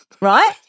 Right